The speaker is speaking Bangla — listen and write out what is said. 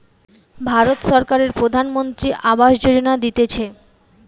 ভারত সরকারের প্রধানমন্ত্রী আবাস যোজনা দিতেছে